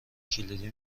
کلیدی